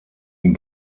ihn